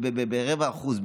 ב-0.25%,